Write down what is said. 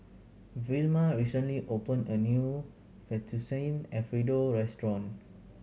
Vilma recently opened a new Fettuccine Alfredo restaurant